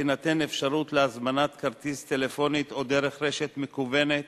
תינתן אפשרות להזמנת כרטיס טלפונית או דרך רשת מקוונת